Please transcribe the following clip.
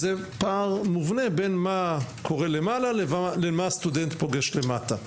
יש פער מובנה בין מה שקורה למעלה לבין מה שהסטודנט פוגש למטה.